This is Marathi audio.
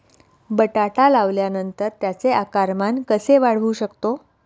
बटाटा लावल्यानंतर त्याचे आकारमान कसे वाढवू शकतो?